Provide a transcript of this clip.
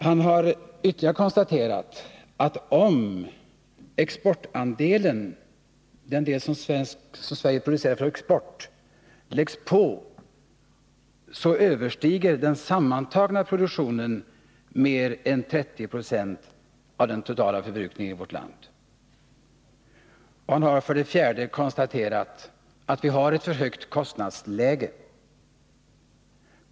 Han har ytterligare konstaterat att om den del som Sverige producerar för export läggs på, överstiger den sammantagna produktionen 30 76 av den totala förbrukningen i vårt land. Vidare har han konstaterat att vi har ett för högt kostnadsläge.